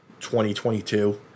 2022